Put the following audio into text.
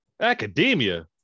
Academia